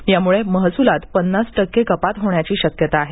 यामुळे महसुलात पन्नास टक्के कपात होण्याची शक्यता आहे